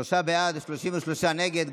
שלושה בעד, 33 נגד.